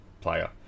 Player